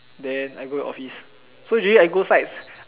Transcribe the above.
then I go office so usually I go sites